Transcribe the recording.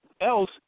else